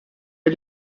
del